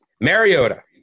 Mariota